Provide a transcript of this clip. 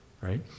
right